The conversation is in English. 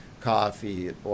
Coffee